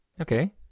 Okay